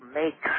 make